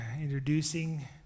introducing